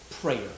prayer